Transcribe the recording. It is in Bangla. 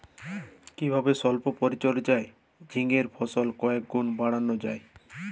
কিভাবে সল্প পরিচর্যায় ঝিঙ্গের ফলন কয়েক গুণ বাড়ানো যায়?